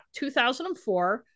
2004